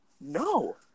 No